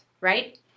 right